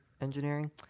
engineering